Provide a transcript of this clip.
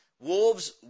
Wolves